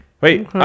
Wait